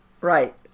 right